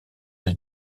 les